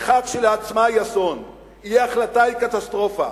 הבריחה כשלעצמה היא אסון, אי-ההחלטה היא קטסטרופה.